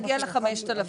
נגיע ל-5,000.